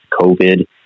COVID